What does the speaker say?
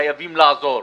חייבים לעזור,